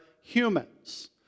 humans